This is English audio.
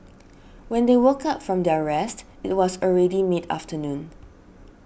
when they woke up from their rest it was already mid afternoon